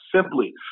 simply